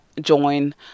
join